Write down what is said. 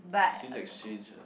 since exchange uh